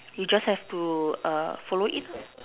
you just have to follow it